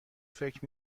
فکر